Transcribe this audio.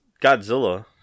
Godzilla